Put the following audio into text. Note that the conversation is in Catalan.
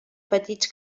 petits